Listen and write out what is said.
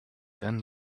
then